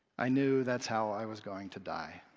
i knew that's how i was going to die.